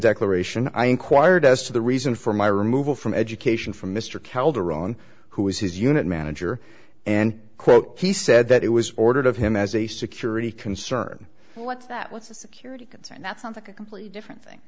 declaration i ink wired as to the reason for my removal from education from mr calderon who is his unit manager and quote he said that it was ordered of him as a security concern what's that what's a security concern that sounds like a completely different thing